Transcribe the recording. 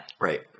Right